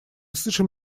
слышим